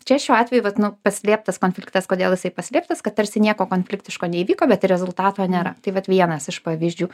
čia šiuo atveju vat nu paslėptas konfliktas kodėl jisai paslėptas kad tarsi nieko konfliktiško neįvyko bet rezultato nėra tai vat vienas iš pavyzdžių